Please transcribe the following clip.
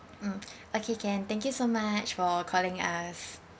mm okay can thank you so much for calling us